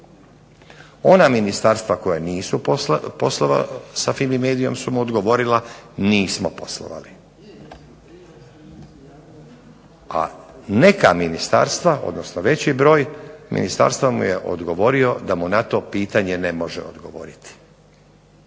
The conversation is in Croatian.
Ona ministarstva koja nisu poslovala sa Fimi-Mediom su odgovorila nismo poslovali. A neka ministarstva, odnosno veći broj ministarstava mu je odgovorilo da mu na to pitanje ne može odgovoriti.